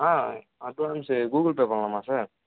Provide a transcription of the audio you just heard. ஆ advance Google Pay பண்ணலாமா sir